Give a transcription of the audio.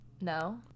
No